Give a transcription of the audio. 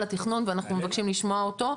התכנון ואנחנו מבקשים לשמוע אותו.